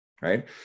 right